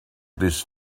this